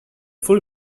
full